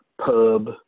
pub